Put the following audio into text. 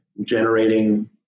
generating